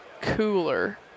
cooler